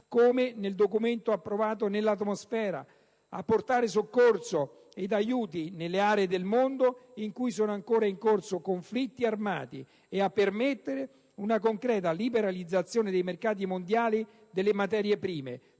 invece nel documento approvato) nell'atmosfera; a portare soccorso ed aiuti nelle aree del mondo in cui sono ancora in corso conflitti armati; a permettere una concreta liberalizzazione dei mercati mondiali delle materie prime.